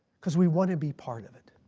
because we want to be part of it.